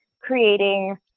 creating